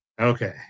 Okay